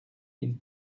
ils